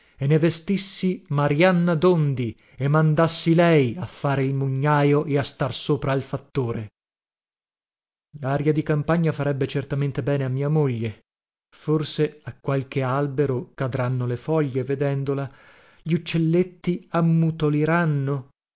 e ne vestissi marianna dondi e mandassi lei a fare il mugnajo e a star sopra al fattore laria di campagna farebbe certamente bene a mia moglie forse a qualche albero cadranno le foglie vedendola gli uccelletti